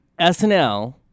SNL